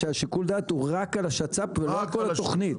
ששיקול הדעת הוא רק על השצ"פ ולא על כל התוכנית.